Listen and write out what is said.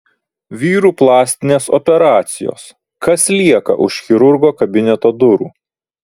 vyrų plastinės operacijos kas lieka už chirurgo kabineto durų